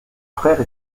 frère